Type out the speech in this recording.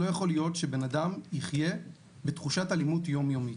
לא יכול להיות שבן אדם יחיה בתחושת אלימות יום-יומית.